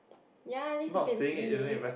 ya at least you can see it